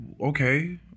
okay